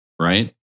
right